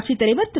ஆட்சித்தலைவர் திரு